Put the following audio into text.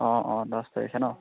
অঁ অঁ দহ তাৰিখে ন